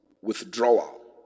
withdrawal